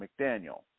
McDaniel